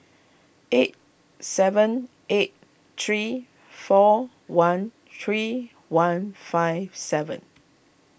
eight seven eight three four one three one five seven